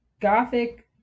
Gothic